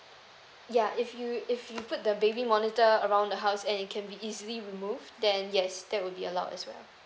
ya if you if you put the baby monitor around the house and it can be easily room then yes that will be allowed as well